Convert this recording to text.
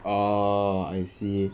oh I see